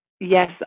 yes